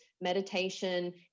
meditation